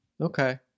Okay